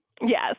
Yes